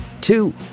Two